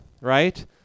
right